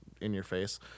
in-your-face